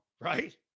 right